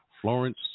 Florence